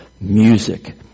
music